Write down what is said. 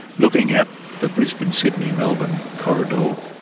looking at the brisbane-sydney-melbourne corridor.